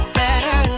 better